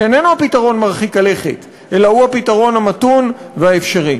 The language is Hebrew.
שאיננו הפתרון מרחיק הלכת אלא הוא הפתרון המתון והאפשרי.